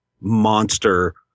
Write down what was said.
monster